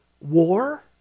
war